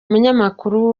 umunyamakuru